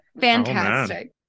Fantastic